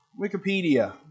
Wikipedia